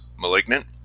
malignant